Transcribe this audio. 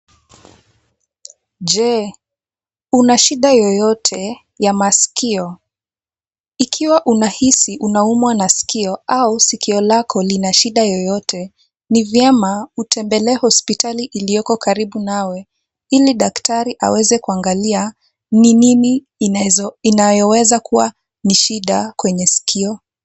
Je, una shida yoyote ya masikio? Ikiwa unahisi unaumwa na sikio au sikio lako lina shida yoyote ni vyema utembelee hospitali iliyoko karibu nawe ili daktari aweze kuangalia ni nini inayoweza kuwa ni shida kwenye sikio.